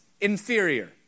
inferior